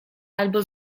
albo